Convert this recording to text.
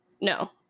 No